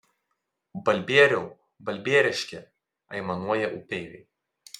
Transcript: balbieriau balbieriški aimanuoja upeiviai